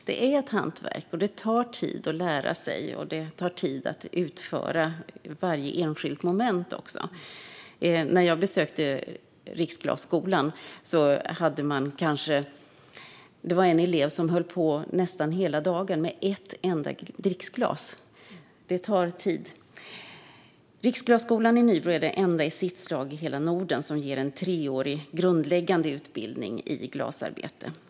Det är ett hantverk. Det tar tid att lära sig och att utföra varje enskilt moment. När jag besökte Riksglasskolan var det en elev som höll på nästan hela dagen med ett enda dricksglas - det tar tid. Riksglasskolan i Nybro är den enda i sitt slag i hela Norden som ger en treårig grundläggande utbildning i glasarbete.